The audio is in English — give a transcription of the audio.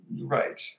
right